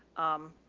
um,